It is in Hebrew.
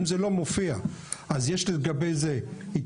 אם זה לא מופיע אז יש לגבי זה התייחסות?